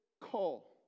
call